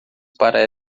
para